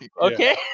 Okay